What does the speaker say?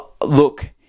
look